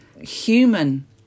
human